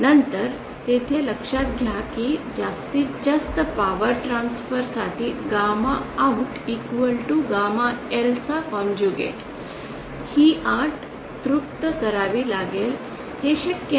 नंतर येथे लक्षात घ्या की जास्तीत जास्त पॉवर ट्रांसफ़र साठी गॅमा आउट गॅमा L चा कन्जुगेट ही अट तृप्त करावी लागेल हे शक्य नाही